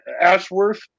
Ashworth